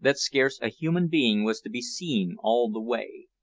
that scarce a human being was to be seen all the way.